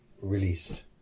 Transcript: released